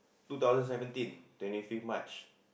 two thousand seventeen twenty fifty March